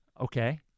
Okay